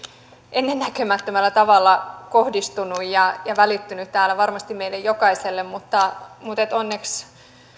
ennennäkemättömällä tavalla kohdistunut ja ja välittynyt täällä varmasti meille jokaiselle mutta mutta onneksi jos